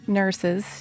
nurses